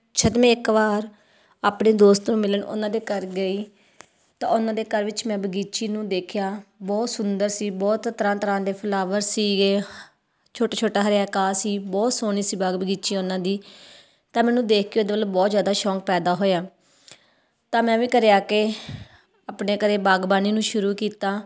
ਜਦ ਮੈਂ ਇੱਕ ਵਾਰ ਆਪਣੇ ਦੋਸਤ ਨੂੰ ਮਿਲਣ ਉਹਨਾਂ ਦੇ ਘਰ ਗਈ ਤਾਂ ਉਹਨਾਂ ਦੇ ਘਰ ਵਿੱਚ ਮੈਂ ਬਗੀਚੀ ਨੂੰ ਦੇਖਿਆ ਬਹੁਤ ਸੁੰਦਰ ਸੀ ਬਹੁਤ ਤਰ੍ਹਾਂ ਤਰ੍ਹਾਂ ਦੇ ਫਲਾਵਰ ਸੀਗੇ ਛੋਟੇ ਛੋਟਾ ਹਰਾ ਘਾਹ ਸੀ ਬਹੁਤ ਸੋਹਣੀ ਸੀ ਬਾਗ ਬਗੀਚੀ ਉਹਨਾਂ ਦੀ ਤਾਂ ਮੈਨੂੰ ਦੇਖ ਕੇ ਉਹਦੇ ਵੱਲ ਬਹੁਤ ਜ਼ਿਆਦਾ ਸ਼ੌਕ ਪੈਦਾ ਹੋਇਆ ਤਾਂ ਮੈਂ ਵੀ ਘਰ ਆ ਕੇ ਆਪਣੇ ਘਰ ਬਾਗਬਾਨੀ ਨੂੰ ਸ਼ੁਰੂ ਕੀਤਾ